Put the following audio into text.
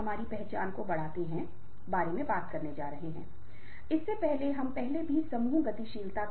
एक यह है कि आप भावनात्मक रूप से कितने परिपक्व हैं और दूसरा आपकी भावनात्मक बुद्धिमत्ता में सुधार